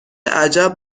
عجب